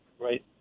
right